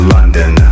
London